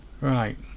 right